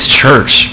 church